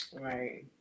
Right